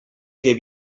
que